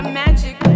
magic